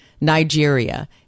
Nigeria